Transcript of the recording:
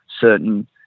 certain